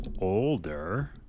older